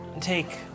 take